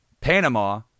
Panama